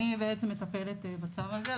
אני בעצם מטפלת בצו הזה.